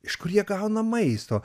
iš kur jie gauna maisto